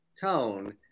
tone